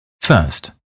First